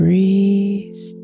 Breeze